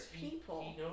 people